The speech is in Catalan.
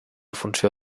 funció